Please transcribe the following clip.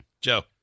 Joe